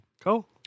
Cool